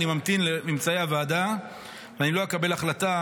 אני ממתין לממצאי הוועדה ולא אקבל החלטה